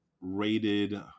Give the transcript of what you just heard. rated